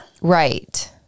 right